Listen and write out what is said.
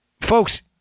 Folks